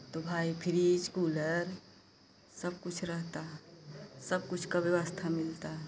तो भाई fridge cooler सब कुछ रहता है सब कुछ का व्यवस्था मिलता है